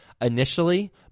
initially